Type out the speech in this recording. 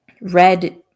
red